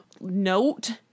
note